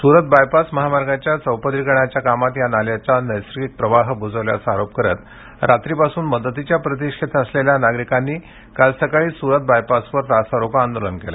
Surat bypass महामार्गाच्या चौपदरीकरणाच्या कामात या नाल्याचा नैसर्गिक प्रवाह बुजवल्याचा आरोप करत रात्रीपासून मदतीच्या प्रतिक्षेत असलेल्या नागरीकांनी काल सकाळी सुरत बायपासवर रास्तारोको आंदोलन केलं